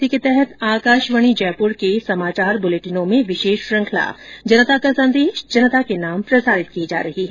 इसी के तहत आकाशवाणी जयपुर के समाचार बुलेटिनों में विशेष श्रृंखला जनता का संदेश जनता के नाम प्रसारित की जा रही है